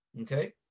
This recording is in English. Okay